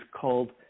called